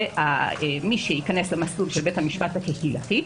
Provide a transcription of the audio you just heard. שמי שייכנס למסלול של בית המשפט הקהילתי,